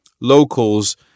locals